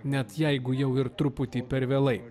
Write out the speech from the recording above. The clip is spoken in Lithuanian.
net jeigu jau ir truputį per vėlai